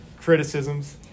criticisms